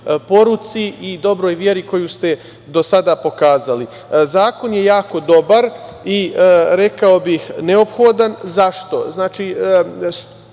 poruci i dobroj veri koju ste do sada pokazali. Zakon je jako dobar i rekao bih neophodan. Zašto?